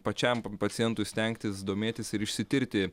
pačiam pacientui stengtis domėtis ir išsitirti